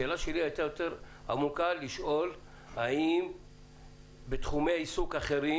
השאלה שלי הייתה האם בתחומי עיסוק אחרים